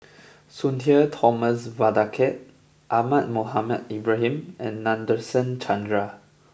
Sudhir Thomas Vadaketh Ahmad Mohamed Ibrahim and Nadasen Chandra